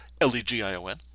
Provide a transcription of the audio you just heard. L-E-G-I-O-N